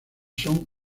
son